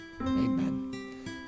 Amen